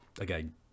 again